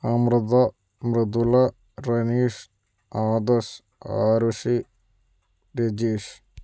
Amrita Mridula Ranish Adarsh Arushi Rajeesh